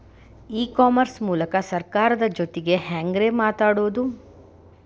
E commerce ಮೂಲಕ ಸರ್ಕಾರದ ಜೊತಿಗೆ ಹ್ಯಾಂಗ್ ರೇ ಮಾತಾಡೋದು?